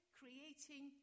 creating